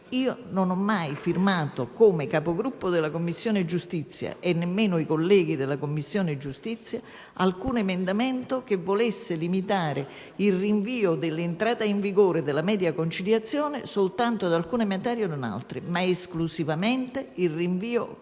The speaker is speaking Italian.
io non ho mai firmato, come Capogruppo nella Commissione giustizia, e nemmeno i colleghi della Commissione stessa lo hanno fatto, alcun emendamento che volesse limitare il rinvio dell'entrata in vigore della media conciliazione soltanto ad alcune materie e non ad altre, ma esclusivamente il rinvio complessivo